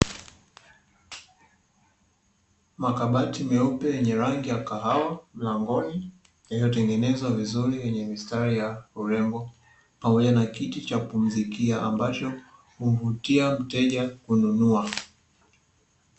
Makabati meupe yenye rangi ya kahawa mlangoni yeyotengenezwa vizuri yenye mistari ya urembo pamoja, na kiti cha pumzikia ambacho huvutia mteja kununua.